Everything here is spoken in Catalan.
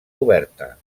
oberta